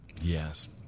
Yes